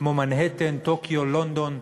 כמו מנהטן, טוקיו, לונדון,